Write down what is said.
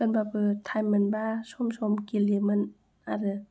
होम्बाबो थाइम मोनबा सम सम गेलेयोमोन आरो